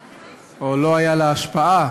או לא הייתה לה השפעה